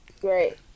Great